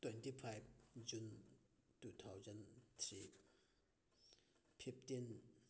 twenty five June two thousand three fifteen